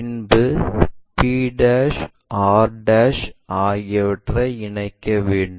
பின்பு p r ஆகியவற்றை இணைக்க வேண்டும்